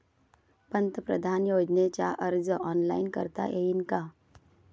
पंतप्रधान योजनेचा अर्ज ऑनलाईन करता येईन का?